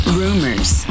rumors